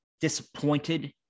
disappointed